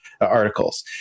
articles